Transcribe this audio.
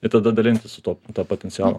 ir tada dalintis su tuo tuo potencialu